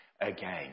again